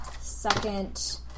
second